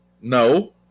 no